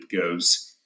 goes